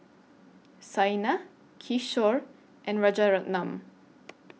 Saina Kishore and Rajaratnam